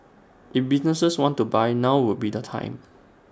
if businesses want to buy now would be the time